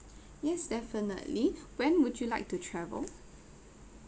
yes definitely when would you like to travel